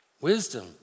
Wisdom